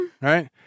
right